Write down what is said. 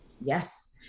yes